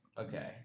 okay